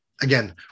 again